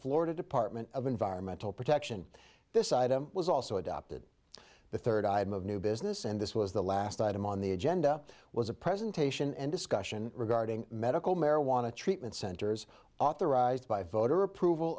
florida department of environmental protection this item was also adopted the third item of new business and this was the last item on the agenda was a presentation and discussion regarding medical marijuana treatment centers authorized by voter approval